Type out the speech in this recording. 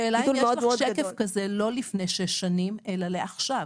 השאלה אם יש לך שקף כזה לא לפני שש שנים אלא לעכשיו.